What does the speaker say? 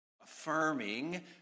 Affirming